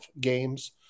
games